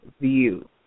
view